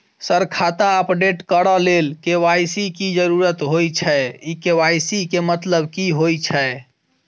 Sir खाता update करऽ लेल के.वाई.सी की जरुरत होइ छैय इ के.वाई.सी केँ मतलब की होइ छैय?